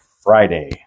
Friday